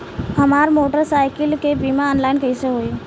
हमार मोटर साईकीलके बीमा ऑनलाइन कैसे होई?